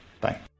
Bye